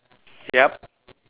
yup